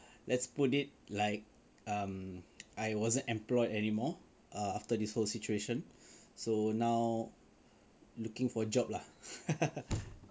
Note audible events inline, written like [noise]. let's put it like um I wasn't employed anymore err after this whole situation so now looking for job lah [laughs]